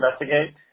investigate